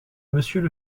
monsieur